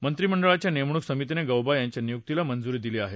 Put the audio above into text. मंत्रीमंडळाच्या नेमणूक समितीने गौबा यांच्या नियुक्तीला मंजूरी दिली आहे